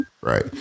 right